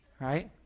right